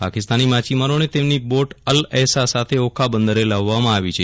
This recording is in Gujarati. પાકિસ્તાની માછીમારોને તેમની બોટ અલ એશા સાથે ઓખા બંદરે લાવવામાં આવી છે